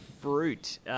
fruit